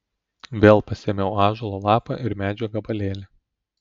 vėl pasiėmiau ąžuolo lapą ir medžio gabalėlį